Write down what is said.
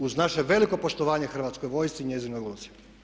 Uz naše veliko poštovanje Hrvatskoj vojsci i njezinoj ulozi.